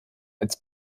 als